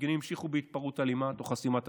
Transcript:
המפגינים המשיכו בהתפרעות אלימה תוך חסימת הכביש.